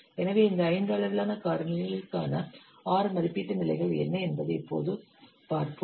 எனவே இந்த ஐந்து அளவிலான காரணிகளுக்கான ஆறு மதிப்பீட்டு நிலைகள் என்ன என்பதை இப்போது பார்ப்போம்